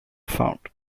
found